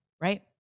right